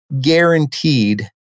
guaranteed